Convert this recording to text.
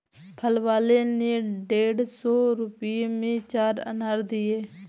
फल वाले ने डेढ़ सौ रुपए में चार अनार दिया